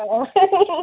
ꯑꯥ